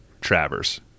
Travers